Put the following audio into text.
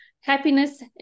happiness